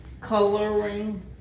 coloring